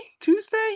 Tuesday